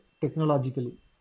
technologically